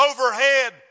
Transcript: overhead